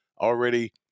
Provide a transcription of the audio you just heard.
already